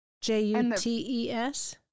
J-U-T-E-S